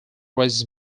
was